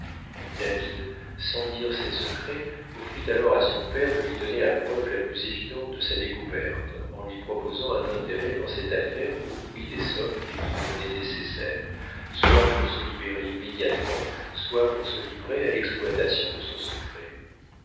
david sans dire ses secrets offrit alors à son père de lui donner la preuve la plus évidente de sa découverte en lui proposant un intérêt dans cette affaire pour prix des sommes qui lui devenaient nécessaires soit pour se libérer immédiatement soit pour se livrer à l'exploitation de son secret